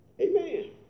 Amen